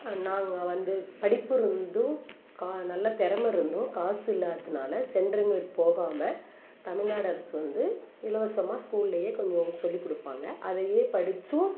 அதனால் வந்து படிப்பு இருந்தும் கா நல்ல தெறமை இருந்தும் காசு இல்லாததுனால் சென்டருங்களுக்கு போகாமல் தமிழ்நாடு அரசு வந்து இலவசமாக ஸ்கூல்லேயே கொஞ்சம் சொல்லிக் கொடுப்பாங்க அதையே படித்தும்